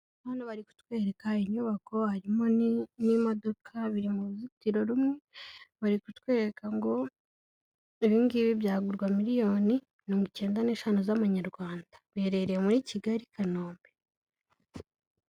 Hano bari kutwereka inyubako harimo n'imodoka biri mu ruzitiro rumwe, bari kutwereka ngo ibi ngibi byagurwa miliyoni mirongo icyenda n'eshanu z'Amanyarwanda biherereye muri Kigali i Kanombe.